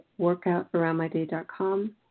workoutaroundmyday.com